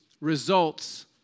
results